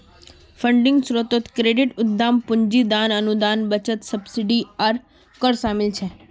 funding स्रोतोत credit, उद्दाम पूंजी, दान, अनुदान, बचत, सब्सिडी आर कर शामिल छे